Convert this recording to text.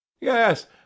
yes